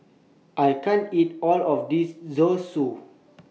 I can't eat All of This Zosui